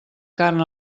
carn